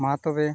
ᱢᱟᱛᱚᱵᱮ